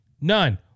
None